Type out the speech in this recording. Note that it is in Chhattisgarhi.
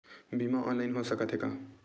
बीमा ऑनलाइन हो सकत हे का?